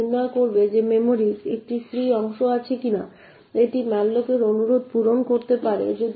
এবং নির্ণয় করবে যে মেমরির একটি ফ্রি অংশ আছে কিনা যা এটি malloc এর অনুরোধ পূরণ করতে পারে